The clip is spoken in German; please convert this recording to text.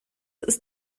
ist